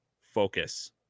focus